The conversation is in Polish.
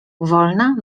wolna